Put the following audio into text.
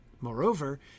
Moreover